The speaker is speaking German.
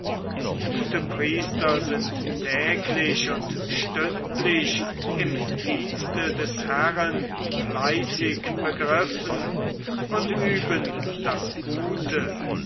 gute priester sind täglich und stündlich im dienste des herren fleißig begriffen und üben das gute